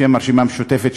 בשם הרשימה המשותפת,